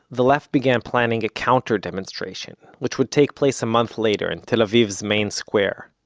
the left began planning a counter-demonstration, which would take place a month later, in tel aviv's main square.